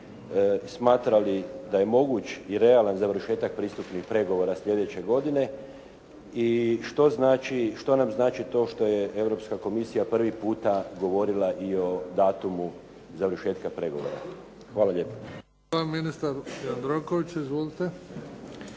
smatra li da je moguć i realan završetak pristupnih pregovora sljedeće godine i što nam znači to što je Europska komisija prvi puta govorila i o datumu završetka pregovora. Hvala lijepo. **Bebić, Luka (HDZ)** Hvala. Ministar Jandroković, izvolite.